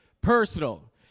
personal